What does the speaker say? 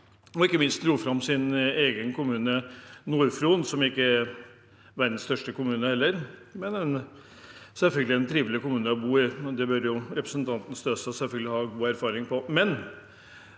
Ikke minst dro han fram sin egen kommune, Nord-Fron, som ikke er verdens største kommune, men selvfølgelig en trivelig kommune å bo i. Det bør representanten Støstad selvfølgelig ha god erfaring med.